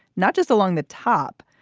not just along the top,